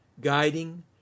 guiding